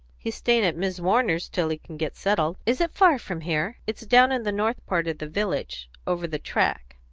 he's staying at mis' warner's till he can get settled. is it far from here? it's down in the north part of the village over the track.